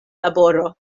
laboro